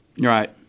Right